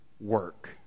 work